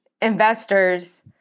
investors